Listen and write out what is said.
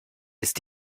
ist